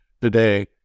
today